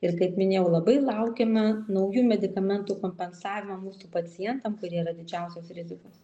ir kaip minėjau labai laukiama naujų medikamentų kompensavimo mūsų pacientam kurie yra didžiausios rizikos